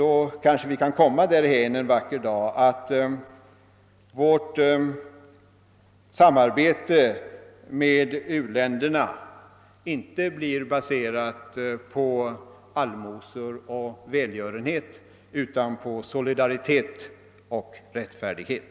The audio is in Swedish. Då kan vi kanske en dag komma dithän att vårt samarbete med u-länderna inte blir baserat på allmosor och välgörenhet utan på solidaritet och rättfärdighet.